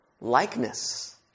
likeness